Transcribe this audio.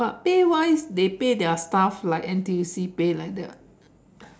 but pay wise they pay their staff like N_T_U_C pay like that